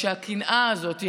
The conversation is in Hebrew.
שהקנאה הזאת,